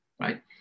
right